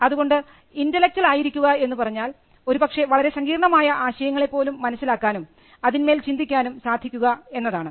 അതുകൊണ്ട് ഇന്റെലക്ച്വൽ ആയിരിക്കുക എന്നുപറഞ്ഞാൽ ഒരുപക്ഷേ വളരെ സങ്കീർണമായ ആശയങ്ങളെ പോലും മനസ്സിലാക്കാനും അതിന്മേൽ ചിന്തിക്കാനും സാധിക്കുക എന്നതാണ്